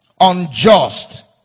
unjust